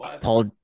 Paul